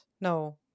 no